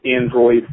android